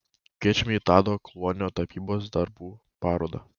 kviečiame į tado kluonio tapybos darbų parodą